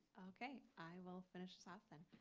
ok. i will finish this off then.